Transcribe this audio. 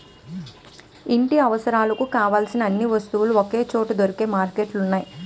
ఇంటి అవసరాలకు కావలసిన అన్ని వస్తువులు ఒకే చోట దొరికే మార్కెట్లు ఉన్నాయి